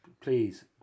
Please